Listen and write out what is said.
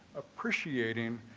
appreciating,